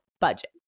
budget